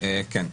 כן.